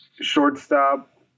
shortstop